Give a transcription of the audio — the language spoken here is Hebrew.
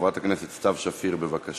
חברת הכנסת סתיו שפיר, בבקשה.